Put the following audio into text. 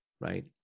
right